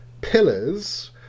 pillars